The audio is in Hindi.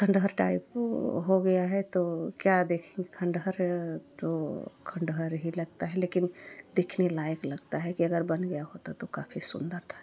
खंडहर टाइप ओ हो गया है तो क्या देखेंगे खंडहर तो खंडहर ही लगता है लेकिन देखने लायक लगता है कि अगर बन गया होता तो काफ़ी सुन्दर था